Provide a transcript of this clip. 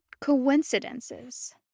coincidences